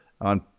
on